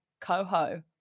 Coho